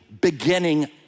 beginning